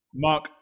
Mark